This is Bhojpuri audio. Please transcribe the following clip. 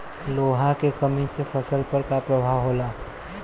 लोहा के कमी से फसल पर का प्रभाव होला?